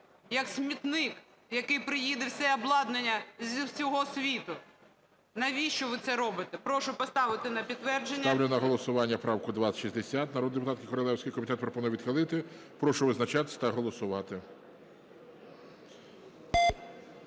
як смітник, в який приїде все обладнання зі всього світу? Навіщо ви це робите? Прошу поставити на підтвердження. ГОЛОВУЮЧИЙ. Ставлю на голосування правку 2060 народної депутатки Королевської. Комітет пропонує відхилити. Прошу визначатися та голосувати.